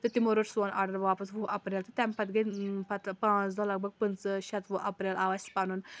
تہٕ تِمو روٚٹ سون آرڈَر واپَس وُہ اپریل تہٕ تَمہِ پَتہٕ گٔے پَتہٕ پانٛژھ دۄہ لَگ بَگ پٕنٛژٕ شَتہٕ وُہ اپریل آو اَسہِ پَنُن